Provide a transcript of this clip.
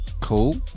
cool